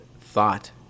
thought